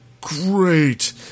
great